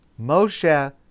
Moshe